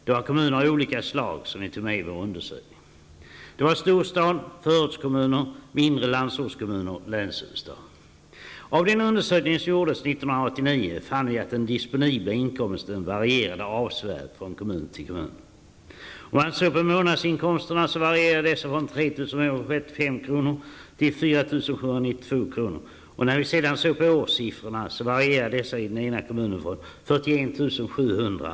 Det var kommuner av olika slag som vi tog med i vår undersökning. Det var storstad, förortskommuner, mindre landsortskommuner och länshuvudstad. Av denna undersökning, som gjordes 1989, fann vi att den disponibla inkomsten varierade avsevärt från kommun till kommun. När vi såg på månadsinkomsterna fann vi att dessa varierade från 3 475 kr. till 4 792 kr., och när vi sedan såg på årssiffrorna fann vi att dessa varierade från 41 700 kr.